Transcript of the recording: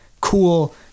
cool